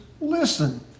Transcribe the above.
listen